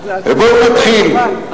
ובואו נתחיל.